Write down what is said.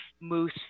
moose